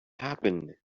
happen